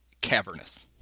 cavernous